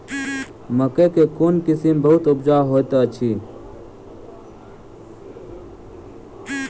मकई केँ कोण किसिम बहुत उपजाउ होए तऽ अछि?